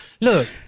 Look